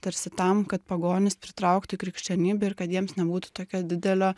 tarsi tam kad pagonis pritraukt į krikščionybę ir kad jiems nebūtų tokio didelio